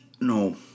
No